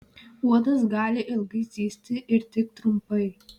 uodas gali ilgai zyzti ir tik trumpai